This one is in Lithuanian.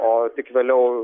o tik vėliau